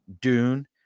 Dune